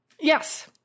yes